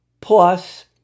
plus